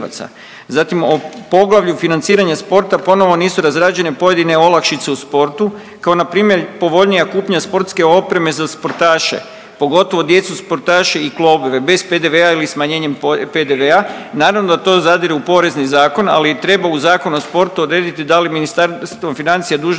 Zatim o poglavlju financiranja sporta ponovo nisu razrađene pojedine olakšice u sportu kao npr. povoljnija kupnja sportske opreme za sportaše, pogotovo djecu sportaše i klubove bez PDV-a ili smanjenjem PDV-a, naravno da to zadire u Porezni zakon, ali i treba u Zakonu o sportu odrediti da li je Ministarstvo financija dužno